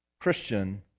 Christian